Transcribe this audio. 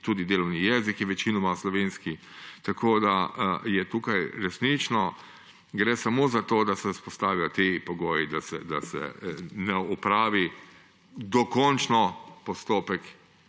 tudi delovni jezik je večinoma slovenski, tako da tukaj resnično gre samo za to, da se vzpostavijo ti pogoji, da se ne opravi dokončno postopka